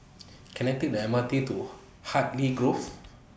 Can I Take The M R T to Hartley Grove